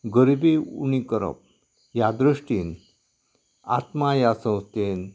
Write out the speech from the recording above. गर्दी उणी करप ह्या दृश्टीन आत्मा ह्या संस्थेन